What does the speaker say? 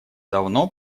давно